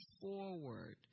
forward